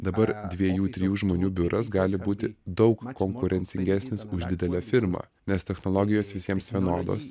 dabar dviejų trijų žmonių biuras gali būti daug konkurencingesnis už didelę firmą nes technologijos visiems vienodos